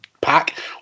pack